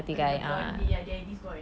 cause he's the blondie ah daddy's boy